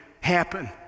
happen